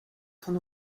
von